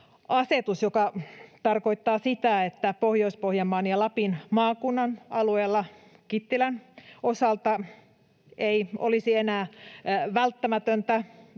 asetus, joka tarkoittaa sitä, että Pohjois-Pohjanmaalla ja Lapin maakunnan alueella Kittilän osalta ei tarvitsisi enää siellä